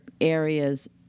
areas